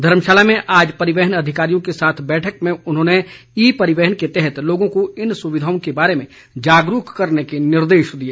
धर्मशाला में आज परिवहन अधिकारियों के साथ बैठक में उन्होंने ई परिवहन के तहत लोगों को इन सुविधाओं के बारे में जागरूक करने के निर्देश दिए